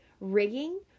Rigging